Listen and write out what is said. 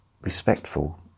respectful